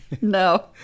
No